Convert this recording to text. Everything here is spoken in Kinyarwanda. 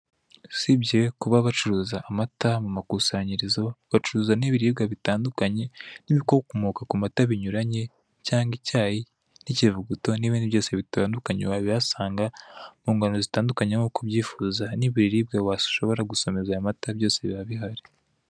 Usibye kuba bacuruza amata ku ikusanyirizo bacuruza n'ibiribwa bitandukanye, nk'ibikomoka ku mata binyuranye cyangwa icyayi, ikivuguto n'ibindi byose bitandukanye wabihasanga mu ngano zitandukanye nk'uko ubyifuza, n'ibiribwa washobora gusomeza amata byose biba bihari.